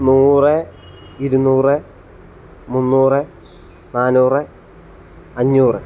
നൂറ് ഇരുന്നൂറ് മുന്നൂറ് നാന്നൂറ് അഞ്ഞൂറ്